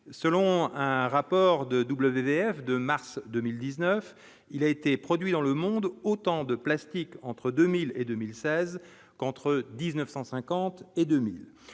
selon un rapport de WTF de mars 2019 il a été produit dans le monde, autant de plastique entre 2000 et 2016 qu'entre 1950 et 2000